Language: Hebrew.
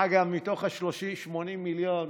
אגב, מתוך ה-80 מיליון,